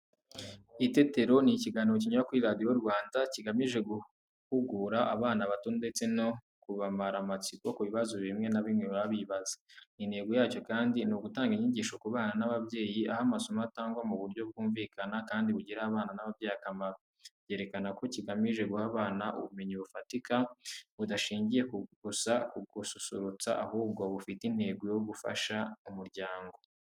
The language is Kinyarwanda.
Itetero ni ikiganiro kinyura kuri radiyo Rwanda, kigamije guhugura abana bato ndetse no kubamara amatsiko ku bibazo bimwe na bimwe baba bibaza. Intego yacyo kandi ni ugutanga inyigisho ku bana n’ababyeyi, aho amasomo atangwa mu buryo bwumvikana kandi bugirira abana n’ababyeyi akamaro. Byerekana ko kigamije guha abana ubumenyi bufatika, budashingiye gusa ku gususurutsa ahubwo bufite intego yo gufasha umuryango.